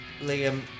Liam